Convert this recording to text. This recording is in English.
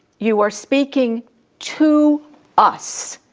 you are speaking to us.